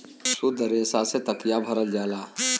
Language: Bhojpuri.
सुद्ध रेसा से तकिया भरल जाला